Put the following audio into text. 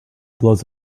blows